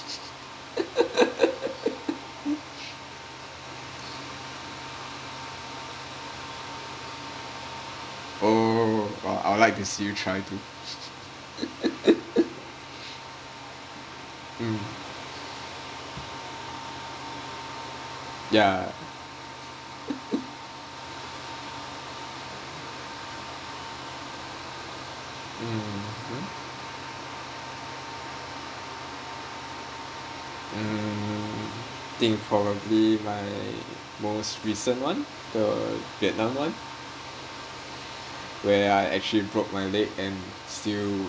oo !wah! I'll like to see you try to um yeah mmhmm mm think probably my most recent one the vietnam one where I actually broke my leg and still